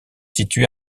situé